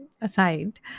aside